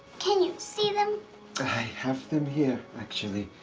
can you see them? i have them here actually.